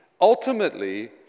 Ultimately